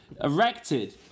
Erected